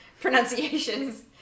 pronunciations